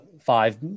five